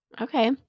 Okay